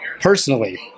personally